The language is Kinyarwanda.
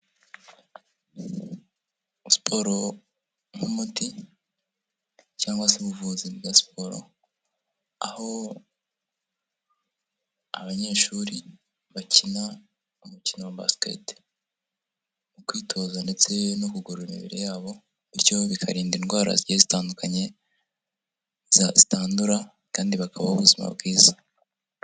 Siporro nk'umuti cyangwa se ubuvuzi bwa siporo, aho abanyeshuri bakina umukino wa basiketi, kwitoza ndetse no kugorora imibiri yabo, bityo bikarinda indwara zigiye zitandukanye zitandura kandi bakabaho ubuzima bwiza.